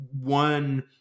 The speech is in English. one